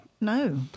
No